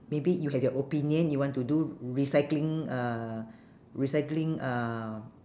maybe you have your opinion you want to do recycling uh recycling uh